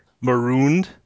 Marooned